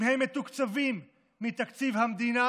אם הם מתוקצבים מתקציב המדינה